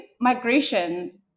migration